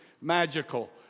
magical